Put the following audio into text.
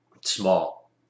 Small